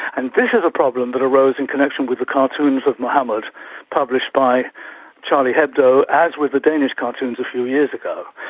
and a problem that arose in connection with the cartoons of mohammed published by charlie hebdo, as with the danish cartoons a few years ago.